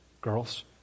girls